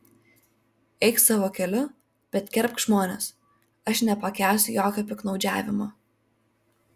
eik savo keliu bet gerbk žmones aš nepakęsiu jokio piktnaudžiavimo